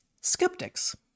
Skeptics